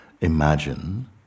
imagine